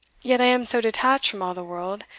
yet i am so detached from all the world,